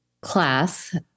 class